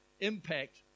impact